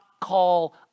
call